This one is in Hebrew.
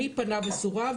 מי פנה וסורב?